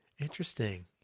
Interesting